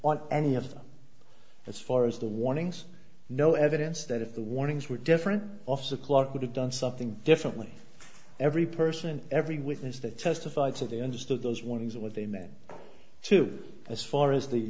on any of them as far as the warnings no evidence that if the warnings were different off the clock would have done something differently every person and every witness that testified to the interest of those warnings and what they meant to as far as the